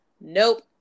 nope